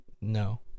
No